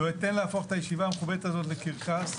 לא אתן להפוך את הישיבה המכובדת הזאת לקרקס.